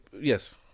yes